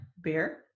beer